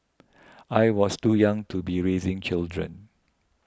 I was too young to be raising children